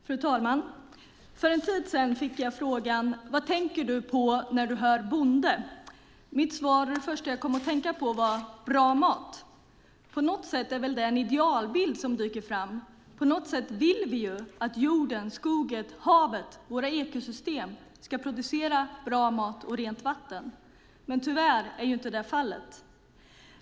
Fru talman! För en tid sedan fick jag frågan: Vad tänker du på när du hör ordet bonde? Mitt svar och det första jag kom att tänka på var bra mat. På något sätt är väl det en idealbild som dyker upp. På något sätt vill vi ju att jorden, skogen, havet, vårt ekosystem ska producera bra mat och rent vatten. Men tyvärr är det inte fallet.